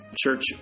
church